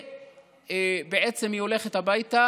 ובעצם היא הולכת הביתה